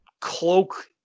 cloak